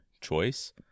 choice